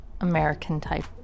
American-type